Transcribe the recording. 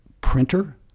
printer